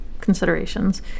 considerations